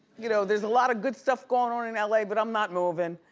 you know there's a lotta good stuff goin' on in la but i'm not movin',